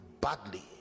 badly